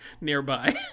nearby